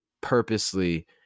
purposely